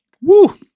Woo